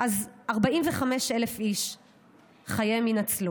אז חייהם של 45,000 איש יינצלו.